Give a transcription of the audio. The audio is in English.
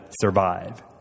survive